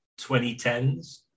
2010s